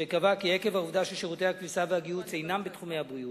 שקבעה כי עקב העובדה ששירותי הכביסה והגיהוץ אינם בתחום הבריאות,